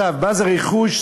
מה זה רכוש?